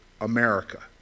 America